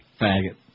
faggot